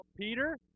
Peter